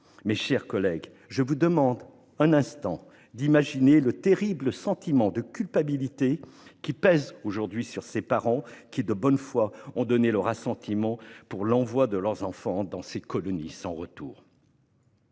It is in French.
Mes chers collègues, je vous demande un instant d'imaginer le terrible sentiment de culpabilité pesant aujourd'hui sur ces parents qui, de bonne foi, ont donné leur assentiment pour l'envoi de leurs enfants dans ces colonies sans retour.